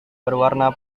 berwarna